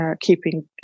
keeping